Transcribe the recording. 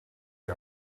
die